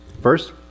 First